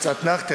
קצת נחתי,